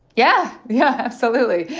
yeah. yeah absolutely.